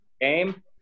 game